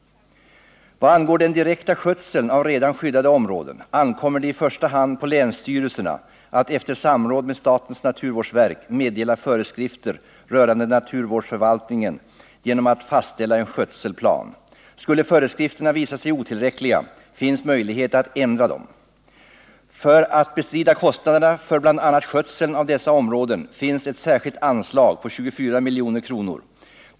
Vad angår den direkta skötseln av redan skyddade områden ankommer det i första hand på länsstyrelserna att efter samråd med statens naturvårdsverk meddela föreskrifter rörande naturvårdsförvaltningen genom att fastställa en skötselplan. Skulle föreskrifterna visa sig otillräckliga, finns möjlighet att ändra dem. För att bestrida kostnaderna för bl.a. skötseln av dessa områden finns ett särskilt anslag på 24 milj.kr.